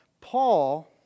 Paul